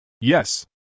Yes